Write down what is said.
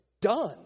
done